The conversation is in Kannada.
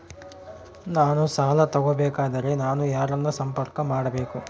ನಾನು ಸಾಲ ತಗೋಬೇಕಾದರೆ ನಾನು ಯಾರನ್ನು ಸಂಪರ್ಕ ಮಾಡಬೇಕು?